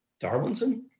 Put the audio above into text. darwinson